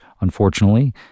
unfortunately